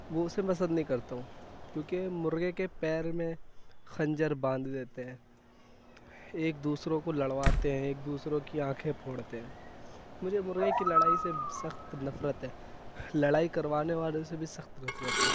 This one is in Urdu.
وہ اسے پسند نہیں کرتا ہوں کیونکہ مرغے کے پیر میں خنجر باندھ دیتے ہیں ایک دوسروں کو لڑواتے ہیں ایک دوسروں کی آنکھیں پھوڑتے ہیں مجھے مرغے کی لڑائی سے سخت نفرت ہے لڑائی کروانے والوں سے بھی سخت نفرت ہے